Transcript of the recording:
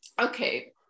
Okay